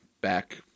back